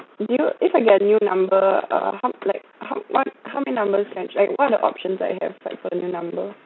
do you if I get new number uh how like how what how many numbers can I what are the options that I have like for a new number